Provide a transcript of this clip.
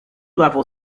level